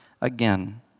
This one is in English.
again